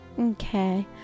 Okay